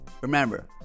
Remember